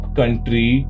country